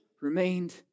remained